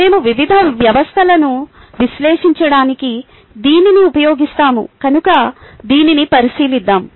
మేము వివిధ వ్యవస్థలను విశ్లేషించడానికి దీనిని ఉపయోగిస్తాము కనుక దీనిని పరిశీలిద్దాం